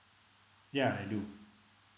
yeah I do